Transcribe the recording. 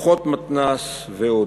שלוחות מתנ"ס ועוד.